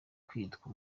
kwitwa